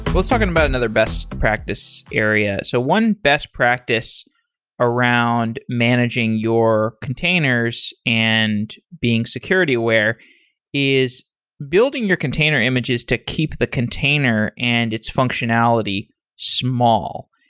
but let's talk and about another best practice area. so one best practice around managing your containers and being security aware is building your container images to keep the container and its functionality small,